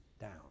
down